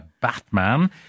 Batman